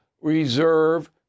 reserve